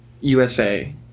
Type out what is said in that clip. USA